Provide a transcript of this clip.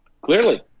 Clearly